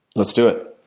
let's do it.